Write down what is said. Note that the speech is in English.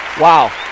Wow